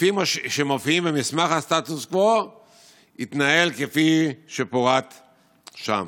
כפי שמופיעים במסמך הסטטוס קוו יתנהלו כפי שפורט שם.